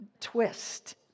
Twist